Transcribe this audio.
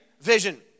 vision